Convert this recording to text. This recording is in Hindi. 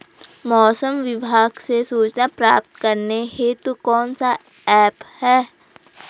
मौसम विभाग से सूचना प्राप्त करने हेतु कौन सा ऐप है?